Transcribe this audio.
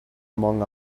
among